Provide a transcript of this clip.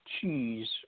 cheese